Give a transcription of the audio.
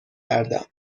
کردم